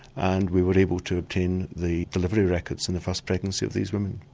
and we were able to obtain the delivery records in the first pregnancies of these women.